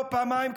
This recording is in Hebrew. לא פעמיים,